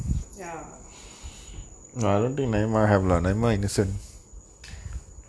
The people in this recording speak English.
ya